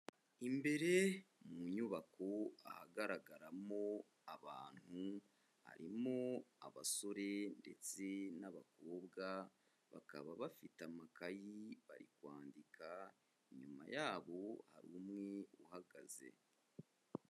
Imbere mu nyubako ahagaragaramo abantu, harimo abasore ndetse n'abakobwa bakaba bafite amakayi bari kwandika, inyuma yabo hari umwe uhagaze.